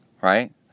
right